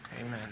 Amen